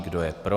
Kdo je pro?